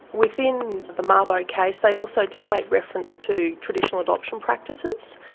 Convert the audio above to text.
within the mabo case they also didn't make reference to traditional adoption practices.